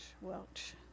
Welch